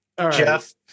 Jeff